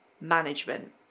management